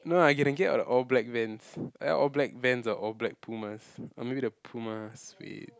no I can get a all black Vans all black Vans or all black Pumas I'm gonna get the Puma suede